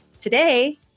Today